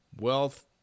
wealth